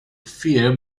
fear